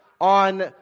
on